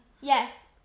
Yes